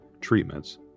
treatments